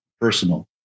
personal